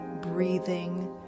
breathing